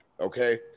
okay